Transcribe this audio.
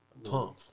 Pump